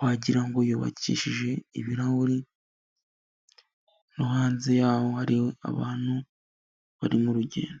wagira ngo yubakishije ibirahuri, no hanze y'aho hari abantu bari mu rugendo.